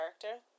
character